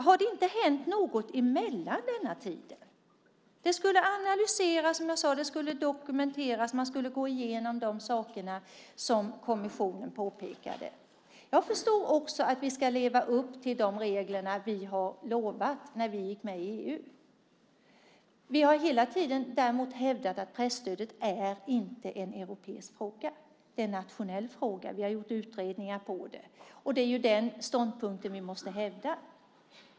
Har det inte hänt något under tiden däremellan? Som jag sade skulle det analyseras och dokumenteras och man skulle gå igenom det som kommissionen påpekade. Jag förstår också att vi ska leva upp till de regler som vi har förbundit oss till när vi gick med i EU. Men vi har hela tiden hävdat att presstödet inte är en europeisk utan en nationell fråga, och vi har gjort utredningar om det. Det är den ståndpunkten som vi måste hävda.